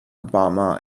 obama